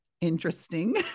interesting